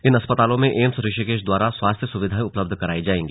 इन अस्पतालों में एम्स ऋषिकेश द्वारा स्वास्थ्य सुविधाएं उपलब्ध कराई जायेंगी